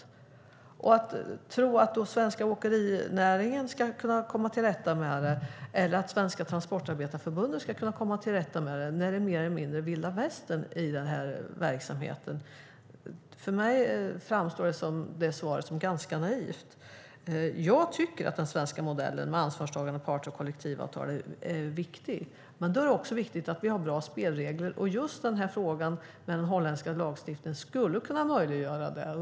För mig framstår det som ganska naivt att tro att svenska åkerinäringen ska kunna komma till rätta med det eller att Svenska Transportarbetareförbundet ska kunna komma till rätta med det när det är mer eller mindre vilda västern i den här verksamheten. Jag tycker att den svenska modellen med ansvarstagande parter och kollektivavtal är viktig. Men då är det också viktigt att vi har bra spelregler. Just den här frågan om den holländska lagstiftningen skulle kunna möjliggöra det.